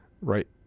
right